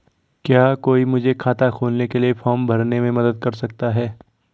क्या कोई मुझे खाता खोलने के लिए फॉर्म भरने में मदद कर सकता है?